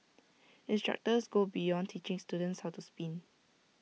instructors go beyond teaching students how to spin